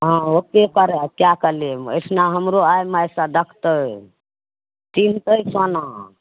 हँ ओत्ते पर कएके लेब अयठिना हमरो आइ माय सब देखतय चिन्हतय सोना